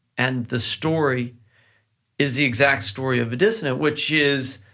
and the story is the exact story of the dissident which is,